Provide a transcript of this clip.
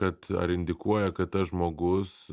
kad ar indikuoja kad tas žmogus